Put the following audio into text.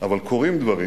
אבל קורים דברים.